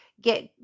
get